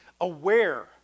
aware